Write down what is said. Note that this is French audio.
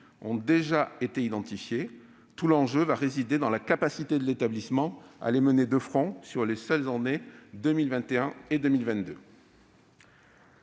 été déjà été identifiés. Tout l'enjeu résidera dans la capacité de l'établissement à les mener de front sur les seules années 2021 et 2022.